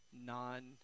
non